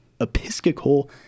Episcopal